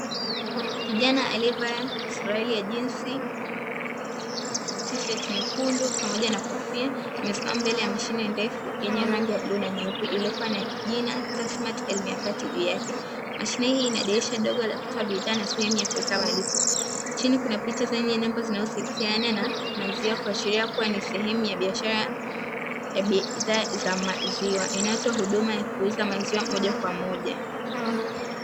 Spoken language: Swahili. Kijana aliyevaa suruali ya jinsi, tisheti nyekundu pamoja na kofia, amesimama mbele ya mashine ndefu yenye rangi ya bluu na nyeupe, iliyokuwa na jina na "TASSMATT 1300" juu yake, mashine hii ina dirisha dogo la kutoa bidhaa na sehemu ya kuweka malipo, chini kuna picha zenye namba zinazohusiana na maziwa, kuashiria kuwa ni sehemu ya biashara ya bidhaa za maziwa inayotoa huduma ya kuuza maziwa moja kwa moja.